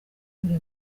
biri